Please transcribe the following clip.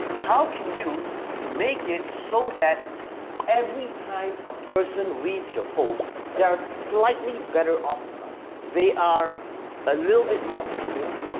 how can you make it so that every time a person reads your post, they're slightly better off in life? they are a little bit more fulfilled,